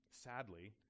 sadly